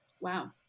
wow